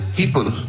people